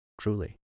truly